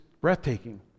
breathtaking